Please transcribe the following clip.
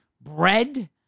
bread